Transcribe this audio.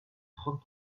trente